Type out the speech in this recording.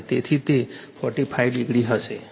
તેથી તે 45 ડિગ્રી હશે